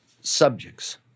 subjects